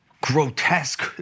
grotesque